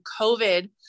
COVID